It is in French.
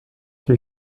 qui